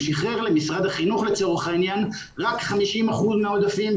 הוא שיחרר למשרד החינוך לצורך העניין רק 50% מהעודפים,